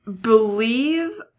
believe